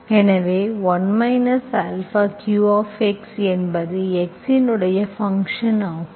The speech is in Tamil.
எனவே 1 α q என்பது x இன் ஃபங்க்ஷன் ஆகும்